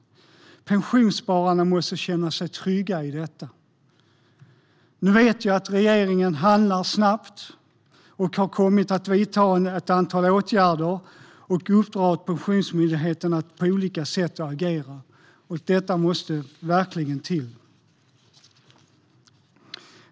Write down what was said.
Pensionsspararna måste känna sig trygga i detta. Nu vet jag att regeringen handlar snabbt. Man kommer att vidta ett antal åtgärder och uppdra åt Pensionsmyndigheten att agera på olika sätt. Detta är verkligen något som måste till.